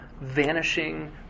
vanishing